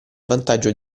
vantaggio